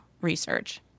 research